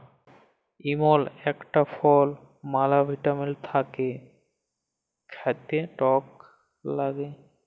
ইমল ইকটা ফল ম্যালা ভিটামিল থাক্যে খাতে টক লাগ্যে